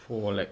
for like